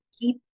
keep